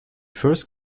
first